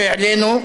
שהעלינו,